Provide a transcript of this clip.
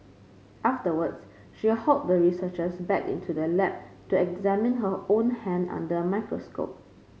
afterwards she hauled the researchers back into the lab to examine her own hand under a microscope